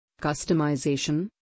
customization